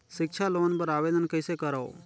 सिक्छा लोन बर आवेदन कइसे करव?